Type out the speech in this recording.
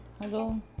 Hello